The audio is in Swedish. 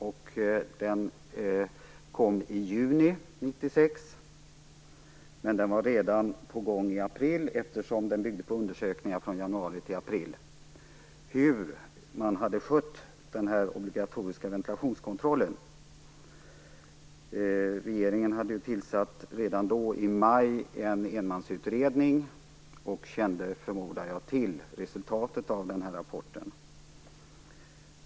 Den kom i juni 1996, men den var på gång redan i april - den byggde på undersökningar från januari till april om hur man hade skött den obligatoriska ventilationskontrollen. Regeringen hade i maj tillsatt en enmansutredning och kände till rapporten, förmodar jag.